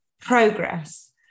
progress